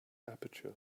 aperture